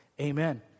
amen